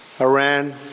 Iran